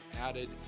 added